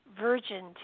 virgin